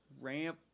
ramp